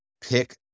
Pick